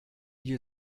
you